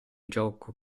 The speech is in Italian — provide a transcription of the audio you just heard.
gioco